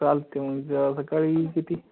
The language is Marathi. चालते म्हणजे सकाळी किती